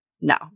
no